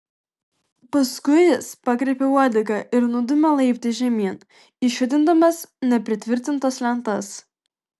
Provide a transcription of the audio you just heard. paskui jis pakreipė uodegą ir nudūmė laiptais žemyn išjudindamas nepritvirtintas lentas